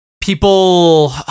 people